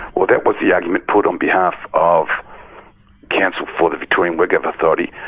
well, that was the argument put on behalf of counsel for the victorian workcover authority.